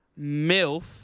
MILF